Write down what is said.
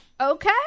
Okay